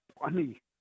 funny